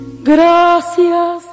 Gracias